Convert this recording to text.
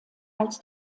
als